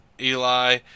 Eli